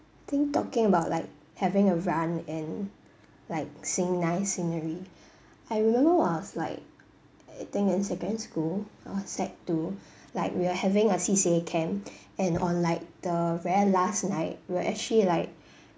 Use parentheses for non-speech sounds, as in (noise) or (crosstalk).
thing talking about like having a run and like seeing nice scenery (breath) I remember when I was like I think in secondary school I was sec two (breath) like we're having C_C_A camp (breath) and on like the very last night we're actually like